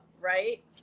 right